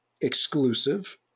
exclusive